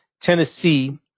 Tennessee